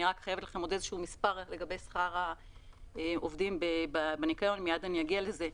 אני חייבת לכם איזה מספר לגבי שכר העובדים בניקיון ומייד אגיע לזה.